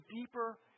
deeper